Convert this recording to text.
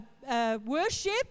worship